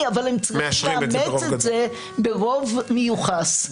אבל הם צריכים לאמץ את זה ברוב מיוחס.